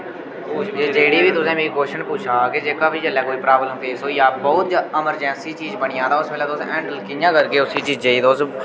एह् जेह्ड़ी बी तुसें मिकी क्वेश्चन पुच्छा के जेह्का बी जेल्लै कोई प्राब्लम फेस होई जा बहुत अमरजैंसी चीज बनी जा तां उस बेल्लै तुस हैंडल कि'यां करगे उसी चीजै गी तुस